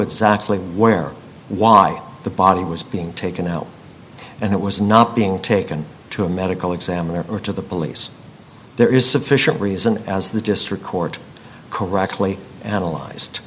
exactly where and why the body was being taken out and it was not being taken to a medical examiner or to the police there is sufficient reason as the district court correctly analyzed